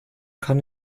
kann